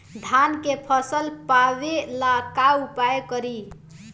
धान के फ़सल मापे ला का उपयोग करी?